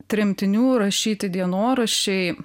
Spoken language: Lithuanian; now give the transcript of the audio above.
tremtinių rašyti dienoraščiai